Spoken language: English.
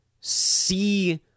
see